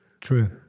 True